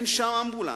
אין שם אמבולנסים,